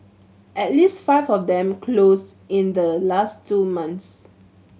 at least five of them closed in the last two months